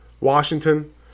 Washington